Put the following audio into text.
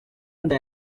inda